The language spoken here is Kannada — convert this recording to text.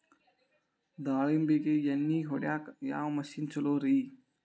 ದಾಳಿಂಬಿಗೆ ಎಣ್ಣಿ ಹೊಡಿಯಾಕ ಯಾವ ಮಿಷನ್ ಛಲೋರಿ?